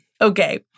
Okay